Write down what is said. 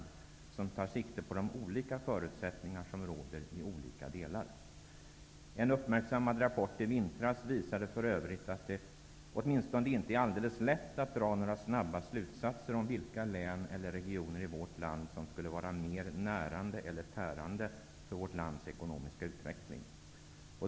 Den måste ta sikte på de olika förutsättningar som råder i olika delar. En uppmärksammad rapport i vintras visade för övrigt att det inte är alldeles lätt att dra några snabba slutsatser om vilka län eller regioner i vårt land som skulle vara mer närande eller tärande för vårt lands ekonomiska utveckling.